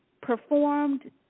performed